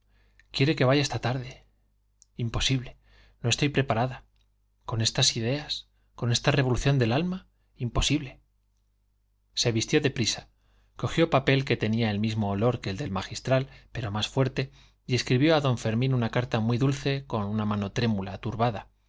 quiere que vaya esta tarde imposible no estoy preparada con estas ideas con esta revolución del alma imposible se vistió deprisa cogió papel que tenía el mismo olor que el del magistral pero más fuerte y escribió a don fermín una carta muy dulce con mano trémula turbada